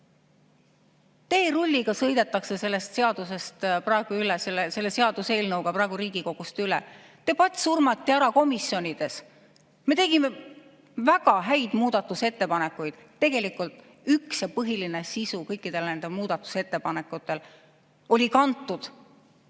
Teerulliga sõidetakse selle seaduseelnõu puhul praegu Riigikogust üle. Debatt surmati ära komisjonides. Me tegime väga häid muudatusettepanekuid. Tegelikult üks ja põhiline sisu kõikidel nendel muudatusettepanekutel oli kantud